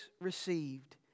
received